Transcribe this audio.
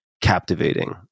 captivating